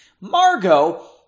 Margot